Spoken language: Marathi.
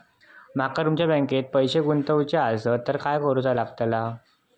माका तुमच्या बँकेत पैसे गुंतवूचे आसत तर काय कारुचा लगतला?